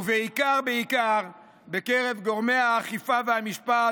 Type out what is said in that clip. ובעיקר בעיקר בקרב גורמי האכיפה והמשפט,